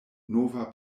nova